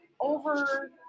over